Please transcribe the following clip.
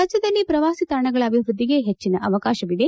ರಾಜ್ಯದಲ್ಲಿ ಪ್ರವಾಸಿ ತಾಣಗಳ ಅಭಿವೃದ್ಧಿಗೆ ಹೆಚ್ಚಿನ ಅವಕಾಶವಿದೆ